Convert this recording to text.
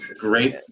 great